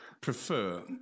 prefer